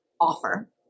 offer